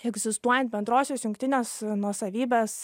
egzistuojant bendrosios jungtinės nuosavybės